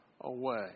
away